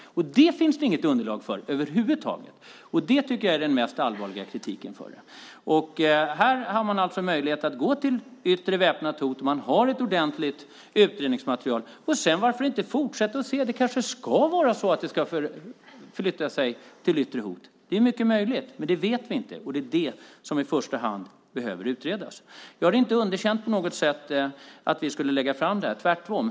Det finns det inget underlag för över huvud taget. Det är den mest allvarliga kritiken. Man har alltså möjlighet att gå till yttre väpnat hot. Man har ett ordentligt utredningsmaterial. Varför inte fortsätta och se? Det kanske ska flyttas till yttre hot. Det är mycket möjligt, men det vet vi inte. Det är i första hand det som behöver utredas. Jag har inte på något sätt underkänt att vi skulle lägga fram detta.